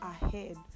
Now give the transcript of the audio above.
ahead